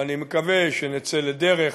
ואני מקווה שנצא לדרך